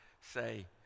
say